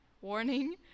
warning